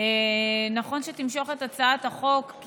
נכון שתמשוך את הצעת החוק,